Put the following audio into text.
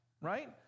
right